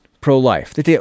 pro-life